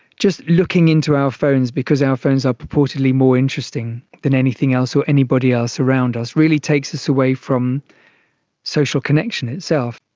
just looking into our phones because our phones are purportedly more interesting than anything else or anybody else around us really takes us away from social connection itself.